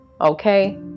okay